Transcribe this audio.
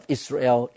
Israel